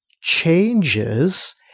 changes